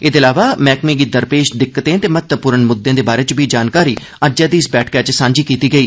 एह दे इलावा मैहकमे गी दरपेश दिक्कतें ते महत्वपूर्ण मुद्दे दे बारे च बी जानकारी अज्जै दी इस बैठका च सांझी कीती गेई